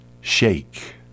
shake